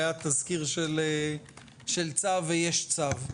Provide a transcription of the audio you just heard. היה תזכיר של צו ויש צו.